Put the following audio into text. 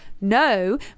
no